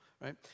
right